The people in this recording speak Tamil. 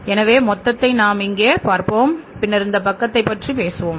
எனவே மொத்தத்தை நாம் இங்கே பார்ப்போம் பின்னர் இந்த பக்கத்தைப் பற்றி பேசுவோம்